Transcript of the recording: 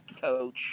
coach